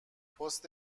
پست